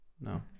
No